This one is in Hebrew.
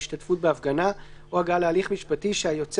השתתפות בהפגנה או הגעה להליך משפטי שהיוצא